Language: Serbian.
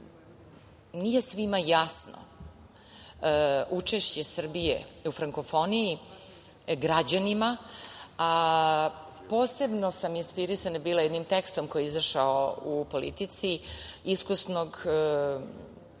nije svima jasno učešće Srbije u frankofoniji, građanima, a posebno sam inspirisana bila jednim tekstom koji je izašao u „Politici“ iskusnog analitičara